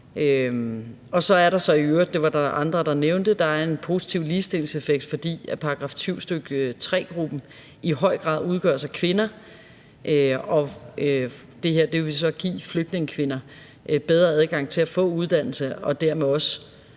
Så er der i øvrigt – det var der andre der nævnte – en positiv ligestillingseffekt, fordi § 7, stk. 3-gruppen i høj grad udgøres af kvinder og det her så vil give flygtningekvinder bedre adgang til at få uddannelse og dermed også